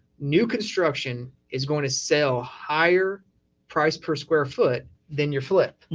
new construction is going to sell higher price per square foot than your flip.